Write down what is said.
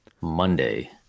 Monday